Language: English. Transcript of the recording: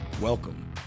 Welcome